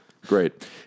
Great